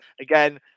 Again